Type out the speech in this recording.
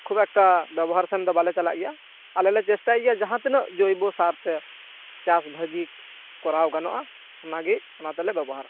ᱠᱷᱩᱵ ᱮᱠᱴᱟ ᱵᱮᱵᱚᱦᱟᱨ ᱥᱮᱱᱫᱚ ᱵᱟᱞᱮ ᱪᱟᱞᱟᱜ ᱜᱮᱭᱟ ᱟᱞᱮᱞᱮ ᱪᱮᱥᱴᱟᱭ ᱜᱮᱭᱟ ᱡᱟᱦᱟᱸ ᱛᱤᱱᱟᱹ ᱡᱚᱭᱵᱚ ᱥᱟᱨᱛᱮ ᱪᱟᱥ ᱵᱷᱟᱹᱜᱤ ᱠᱚᱨᱟᱣ ᱜᱟᱱᱚᱜᱼᱟ ᱚᱱᱟᱜᱮ ᱚᱱᱟ ᱛᱟᱞᱮ ᱵᱮᱵᱚᱦᱟᱨᱟ